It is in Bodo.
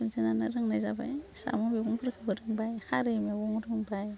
जों जेनानो रोंनाय जाबाय साम' मैगंफोरखौबो रोंबाय खारै मैगं रोंबाय